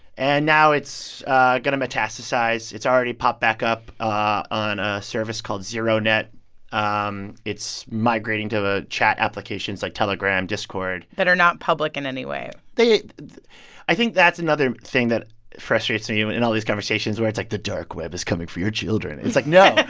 and now it's going to metastasize. it's already popped back up on a service called zeronet. um it's migrating to the chat applications like telegram, discord that are not public in any way they i think that's another thing that frustrates and me and in all these conversations where it's, like, the dark web is coming for your children. and it's like no,